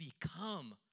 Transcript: become